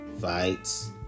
Fights